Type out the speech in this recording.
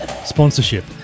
sponsorship